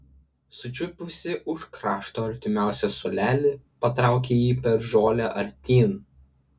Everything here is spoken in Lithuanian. sučiupusi už krašto artimiausią suolelį patraukė jį per žolę artyn